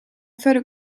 find